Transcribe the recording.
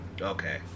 Okay